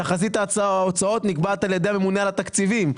תחזית ההוצאות נקבעת על ידי הממונה על התקציבים,